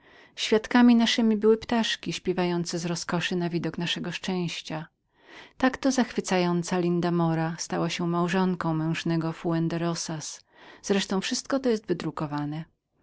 świadkami naszemi były ptaszki śpiewające z roskoszy na widok naszego szczęścia tak to pani zachwycająca lindamina stała się małżonką mężnego fuen de rozaz wreszcie wszystko to jest wydrukowane